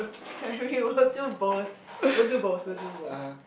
I mean we will do both we'll do both we'll do both